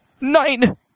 nine